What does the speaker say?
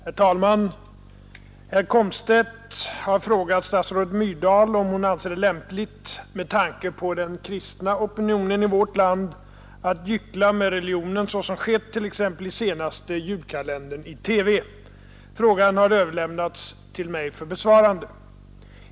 Herr talman! Herr Komstedt har frågat statsrådet Myrdal om hon anser det lämpligt, med tanke på den kristna opinionen i vårt land, att gyckla med religionen såsom skett t.ex. i senaste julkalendern i TV. Frågan har överlämnats till mig för besvarande.